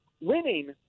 winning